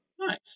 Nice